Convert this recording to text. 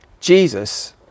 Jesus